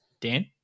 Dan